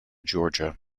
georgia